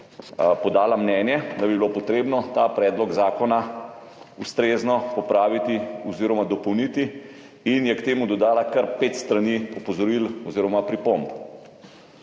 podala mnenje, da bi bilo potrebno ta predlog zakona ustrezno popraviti oziroma dopolniti, in je k temu dodala kar pet strani opozoril oziroma pripomb.